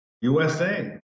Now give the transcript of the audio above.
USA